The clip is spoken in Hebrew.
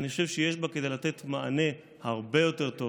כדי לתת מענה הרבה יותר טוב